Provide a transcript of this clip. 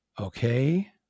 Okay